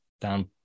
Down